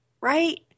right